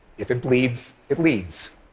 if it bleeds, it leads.